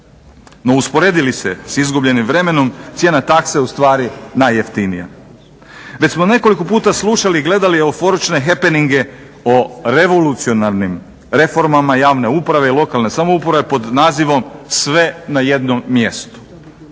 No usporedi li se sa izgubljenim vremenom cijena takse ustvari najjeftinija. Već smo nekoliko puta slušali, gledali euforične happeninge o revolucionarnim reformama javne uprave i lokalne samouprave pod nazivom sve na jednom mjestu.